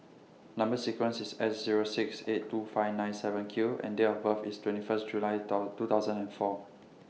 Number sequence IS S Zero six eight two five nine seven Q and Date of birth IS twenty First July two thousand and four